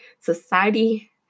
society